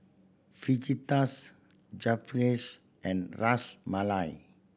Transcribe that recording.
Fajitas Japchae and Ras Malai